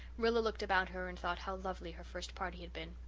rilla looked about her and thought how lovely her first party had been.